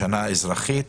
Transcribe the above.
בשנה האזרחית